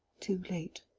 too late,